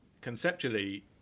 conceptually